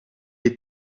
est